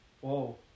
Whoa